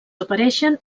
apareixen